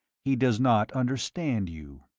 he does not understand you.